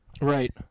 Right